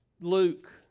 Luke